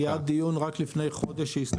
היה דיון רק לפני חודש שהסתיים.